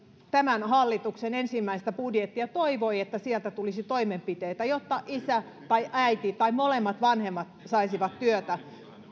tämän hallituksen ensimmäistä budjettia ja toivoi että sieltä tulisi toimenpiteitä jotta isä tai äiti tai molemmat vanhemmat saisivat työtä